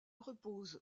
repose